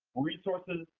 resources,